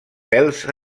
pèls